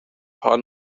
paar